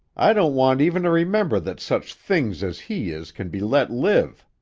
i don't want even to remember that such things as he is can be let live!